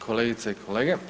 Kolegice i kolege.